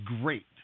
great